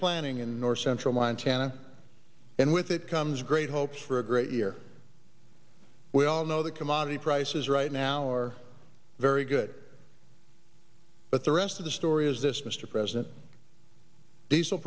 planting in north central montana and with it comes great hopes for a great year we all know that commodity prices right now are very good but the rest of the story is this mr president diesel